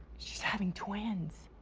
she's having twins.